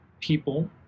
people